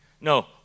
No